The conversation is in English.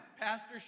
Pastor